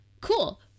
Cool